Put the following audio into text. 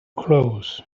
clothes